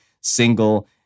single